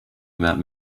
about